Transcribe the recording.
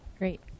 Great